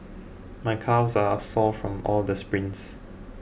my calves are sore from all the sprints